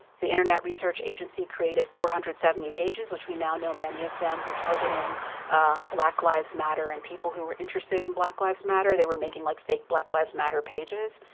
the internet research agency created four hundred and seventy pages which we now know many of them were targeting black lives matter and people who were interested in black lives matter. they were making like fake black lives matter pages.